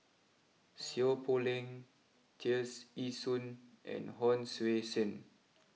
Seow Poh Leng Tears Ee Soon and Hon Sui Sen